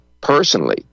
personally